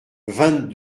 vingt